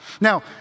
Now